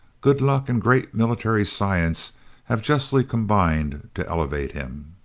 good luck, and great military science have justly combined to elevate him.